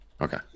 okay